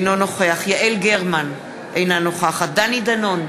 אינו נוכח יעל גרמן, אינה נוכחת דני דנון,